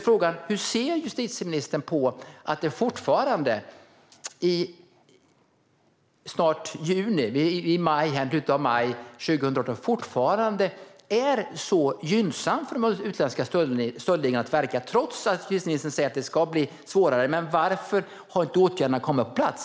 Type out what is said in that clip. Frågan är hur justitieministern ser på att det fortfarande i slutet av maj 2018 är så gynnsamt för utländska stöldligor att verka. Justitieministern säger trots allt att det ska bli svårare. Men varför har åtgärderna inte kommit på plats?